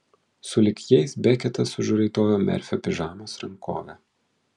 sulig jais beketas užraitojo merfio pižamos rankovę